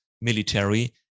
military